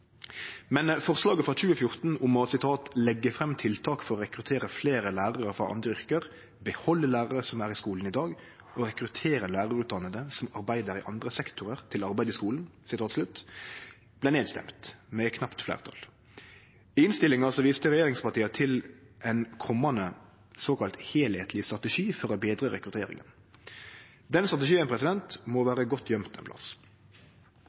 Men forslaget frå 2014 om å «legge frem tiltak for å rekruttere flere lærere fra andre yrker, beholde lærere som er i skolen i dag, og rekruttere lærerutdannede som arbeider i andre sektorer, til arbeid i skolen» vart stemt ned, med knapt fleirtal. I innstillinga viste regjeringspartia til ein komande, såkalla «helhetlig» strategi for å betre rekrutteringa. Den strategien må vere godt gøymd ein plass.